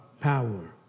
power